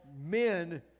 men